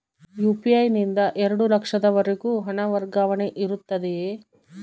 UPI ನಿಂದ ಎರಡು ಲಕ್ಷದವರೆಗೂ ಹಣ ವರ್ಗಾವಣೆ ಇರುತ್ತದೆಯೇ?